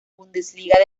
bundesliga